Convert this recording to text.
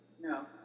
No